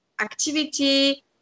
activity